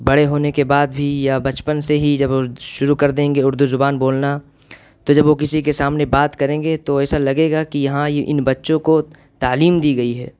بڑے ہونے کے بعد بھی یا بچپن سے ہی جب وہ شروع کر دیں گے اردو زبان بولنا تو جب وہ کسی کے سامنے بات کریں گے تو ایسا لگے گا کہ ہاں یہ ان بچوں کو تعلیم دی گئی ہے